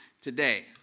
today